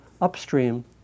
upstream